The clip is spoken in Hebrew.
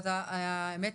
והאמת,